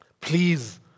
Please